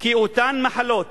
שאותן מחלות